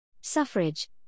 Suffrage